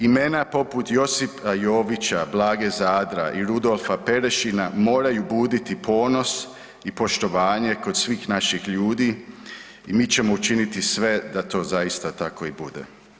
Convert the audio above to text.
Imena poput Josipa Jovića, Blage Zadra i Rudolfa Perešina moraju buditi ponos i poštovanje kod svih naših ljudi i mi ćemo učiniti sve da to zaista tako i bude.